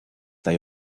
they